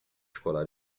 escolar